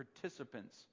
participants